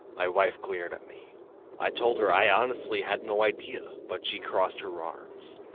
my wife glared at me i told her i honestly had no idea, but she crossed her arms.